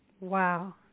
Wow